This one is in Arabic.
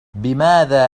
بماذا